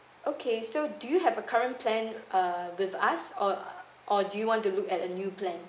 okay so do you have a current plan err with us or or do you want to look at a new plan